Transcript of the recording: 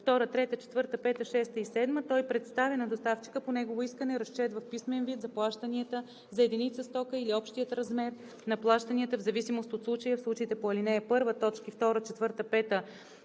2, 3, 4, 5, 6 и 7, той представя на доставчика по негово искане разчет в писмен вид за плащанията за единица стока или общия размер на плащанията в зависимост от случая. В случаите по ал. 1, т. 2, 4, 5, 6